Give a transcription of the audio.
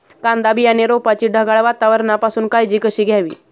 कांदा बियाणे रोपाची ढगाळ वातावरणापासून काळजी कशी घ्यावी?